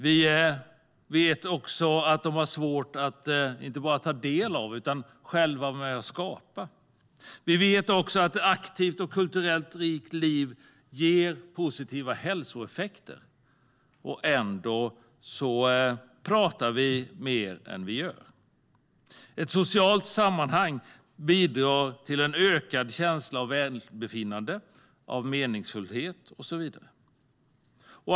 Vi vet också att de har svårt att inte bara ta del av utan också själva vara med och skapa. Vi vet vidare att ett aktivt och kulturellt rikt liv ger positiva hälsoeffekter. Ändå pratar vi mer än vi gör. Ett socialt sammanhang bidrar till en ökad känsla av välbefinnande, meningsfullhet och så vidare.